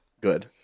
good